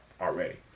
already